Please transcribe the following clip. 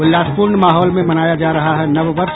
उल्लासपूर्ण माहौल में मनाया जा रहा है नव वर्ष